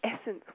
essence